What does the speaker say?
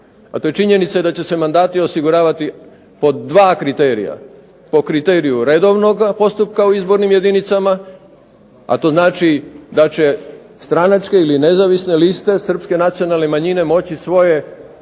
A to je činjenica da će se mandati osiguravati po dva kriterija, po kriteriju redovnog postupka u izbornim jedinicama, a to znači da će stranačke ili nezavisne liste srpske nacionalne manjine moći svoje